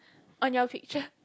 on your picture